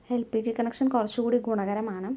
L P G connection കുറച് കൂടി ഗുണകരമാണ്